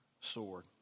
sword